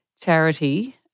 charity